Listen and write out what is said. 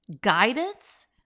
guidance